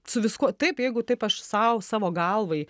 su viskuo taip jeigu taip aš sau savo galvai